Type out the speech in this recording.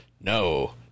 No